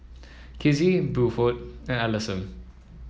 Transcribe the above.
Kizzie Buford and Allyson